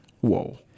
Whoa